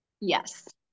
Yes